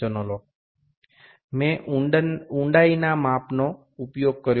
এখন যদিও আমি গভীরতা পরিমাপ করিনি